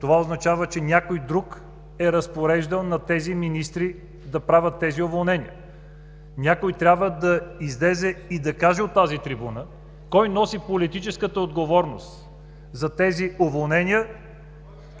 Това означава, че някой друг е разпореждал на министрите да правят уволненията. Някой трябва да излезе и да каже от трибуната кой носи политическата отговорност за тези уволнения